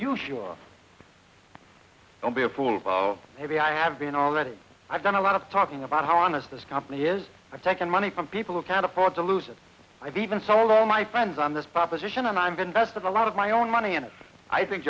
you sure don't be a fool well maybe i have been already i've done a lot of talking about how honest this company is taking money from people who can't afford to lose it i've even sold all my friends on this proposition and i'm going with a lot of my own money and i think